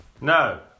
No